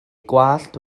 gwallt